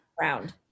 round